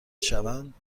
شوند